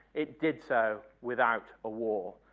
it did so without a war.